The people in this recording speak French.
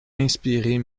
inspirer